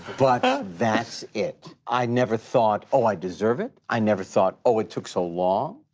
but that's it, i never thought, oh, i deserve it. i never thought, oh, it took so long.